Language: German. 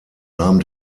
nahm